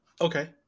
Okay